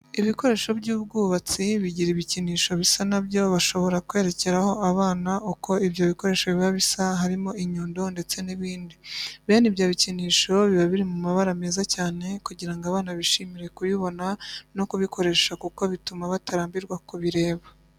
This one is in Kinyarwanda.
Ibikoresho by'ubwubatsi bigira ibikinisho bisa na byo bashobora kwerekeraho abana uko ibyo bikoresho biba bisa harimo inyundo ndetse n'ibindi. Bene ibyo bikinisho biba biri mu mabara meza cyane kugira ngo abana bishimire kubibona no kubikoresha kuko bituma batarambirwa kubireba.